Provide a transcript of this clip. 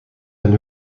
een